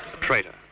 traitor